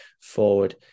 forward